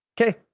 Okay